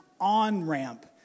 on-ramp